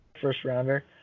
first-rounder